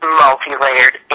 multi-layered